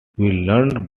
learned